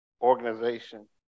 organization